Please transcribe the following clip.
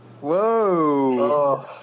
Whoa